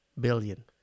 billion